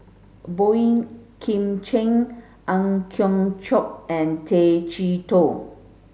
Boey Kim Cheng Ang Hiong Chiok and Tay Chee Toh